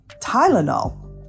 Tylenol